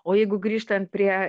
o jeigu grįžtant prie